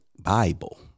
Bible